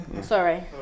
Sorry